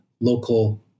local